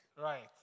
Right